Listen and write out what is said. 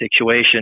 situation